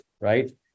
right